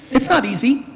it's not easy.